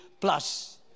plus